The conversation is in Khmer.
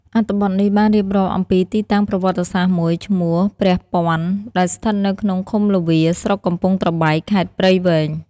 អត្ថបទនេះបានរៀបរាប់អំពីទីតាំងប្រវត្តិសាស្ត្រមួយឈ្មោះ “ព្រះពាន់” ដែលស្ថិតនៅក្នុងឃុំល្វា ស្រុកកំពង់ត្របែក ខេត្តព្រៃវែង។